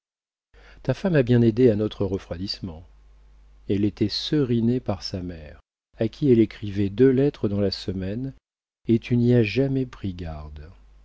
ta femme a bien aidé à notre refroidissement elle était serinée par sa mère à qui elle écrivait deux lettres dans la semaine et tu n'y as jamais pris garde